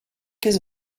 his